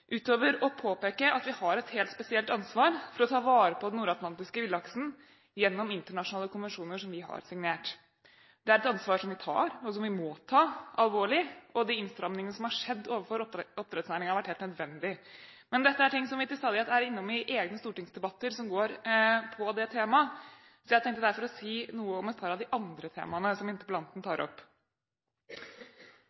utover å påpeke at vi har et helt spesielt ansvar for å ta vare på den nordatlantiske villaksen gjennom internasjonale konvensjoner vi har signert. Det er et ansvar vi tar, og som vi må ta, alvorlig, og de innstrammingene som har skjedd overfor oppdrettsnæringen, har vært helt nødvendige. Men dette er ting som vi til stadighet er innom i egne stortingsdebatter, som går på det temaet, så jeg tenkte derfor å si noe om et par av de andre temaene som interpellanten